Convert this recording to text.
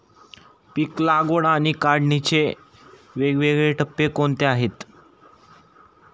पीक लागवड आणि काढणीचे वेगवेगळे टप्पे कोणते आहेत?